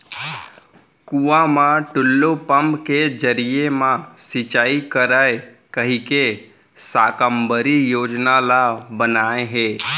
कुँआ म टूल्लू पंप के जरिए म सिंचई करय कहिके साकम्बरी योजना ल बनाए हे